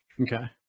Okay